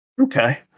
Okay